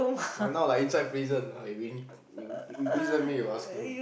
!wah! now like inside prison you in you imprison me you asking